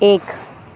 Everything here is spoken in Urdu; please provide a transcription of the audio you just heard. ایک